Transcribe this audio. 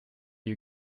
you